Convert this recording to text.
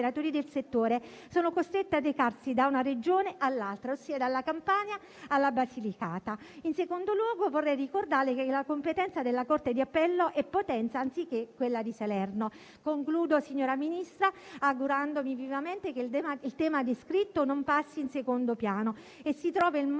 del settore sono costretti a recarsi da una Regione all'altra, ossia dalla Campania alla Basilicata. In secondo luogo, vorrei ricordare che la competente corte d'appello è quella di Potenza, anziché di Salerno. Concludo, signora Ministra, augurandomi vivamente che il tema descritto non passi in secondo piano e si trovino il modo